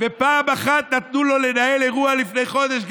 ופעם אחת נתנו לו לנהל אירוע לפני חודש,